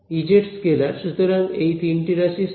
Ez স্কেলার সুতরাং তিনটি রাশিই স্কেলার